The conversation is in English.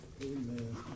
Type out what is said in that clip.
Amen